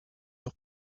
sur